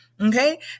Okay